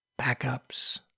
backups